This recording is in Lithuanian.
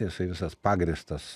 jisai visas pagrįstas